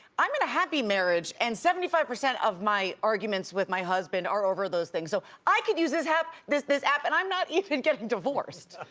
i'm in a happy marriage and seventy five percent of my arguments with my husband are over those things so i could use this app, this this app and i'm not even getting divorced.